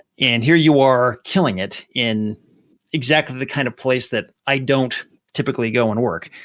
and here you are killing it in exactly the kind of place that i don't typically go and work.